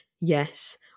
Yes